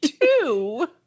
two